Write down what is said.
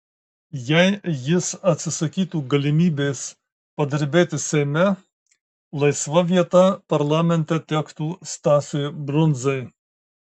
jei jis atsisakytų galimybės padirbėti seime laisva vieta parlamente tektų stasiui brundzai